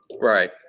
Right